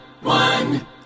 one